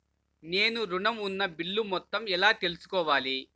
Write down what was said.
నేను ఋణం ఉన్న బిల్లు మొత్తం ఎలా తెలుసుకోవాలి?